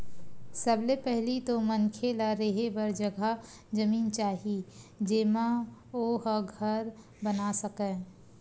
सबले पहिली तो मनखे ल रेहे बर जघा जमीन चाही जेमा ओ ह घर बना सकय